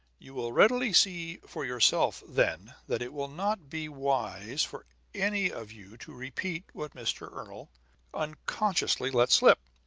you will readily see for yourselves, then, that it will not be wise for any of you to repeat what mr. ernol unconsciously let slip.